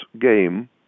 game